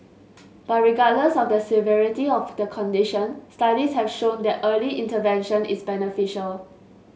but regardless of the severity of the condition studies have shown that early intervention is beneficial